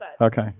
Okay